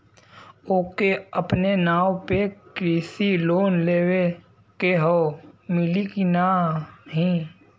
ओके अपने नाव पे कृषि लोन लेवे के हव मिली की ना ही?